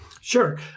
Sure